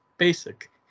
Basic